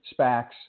SPACs